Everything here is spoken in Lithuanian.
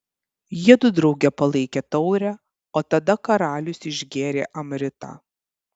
jiedu drauge palaikė taurę o tada karalius išgėrė amritą